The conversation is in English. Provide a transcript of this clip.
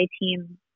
team